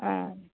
ஆ